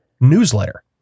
newsletter